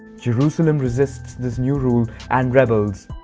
jerusalem resists this new rule and rebels.